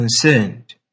concerned